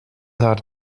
haar